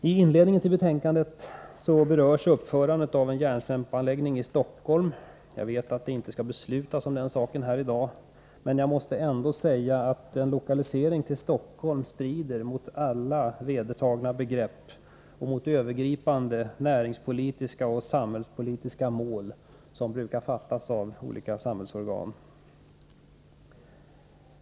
I inledningen till betänkandet berörs uppförandet av en järnsvampsanläggning i Stockholm. Jag vet att det inte skall beslutas om den saken här i dag, men jag måste ändå säga att en lokalisering till Stockholm strider mot alla vedertagna begrepp och också mot de övergripande näringspolitiska mål som brukar ställas upp av olika samhällsorgan.